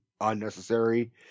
unnecessary